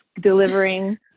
delivering